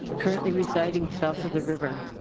currently residing south of the river.